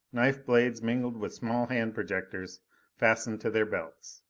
knife-blades mingled with small hand projectors fastened to their belts.